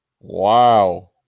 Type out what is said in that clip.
Wow